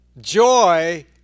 Joy